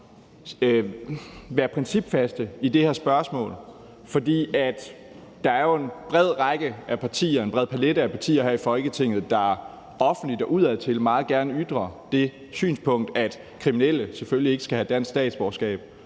være principfaste i det her spørgsmål. For der er jo en bred palet af partier her i Folketinget, der offentligt og udadtil meget gerne ytrer det synspunkt, at kriminelle selvfølgelig ikke skal have dansk statsborgerskab.